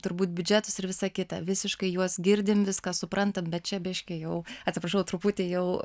turbūt biudžetus ir visa kita visiškai juos girdim viską suprantam bet čia biškį jau atsiprašau truputį jau